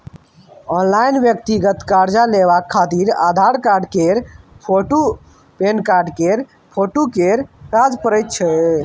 online व्यक्तिगत कर्जा लेबाक खातिर आधार कार्ड केर फोटु, पेनकार्ड केर फोटो केर काज परैत छै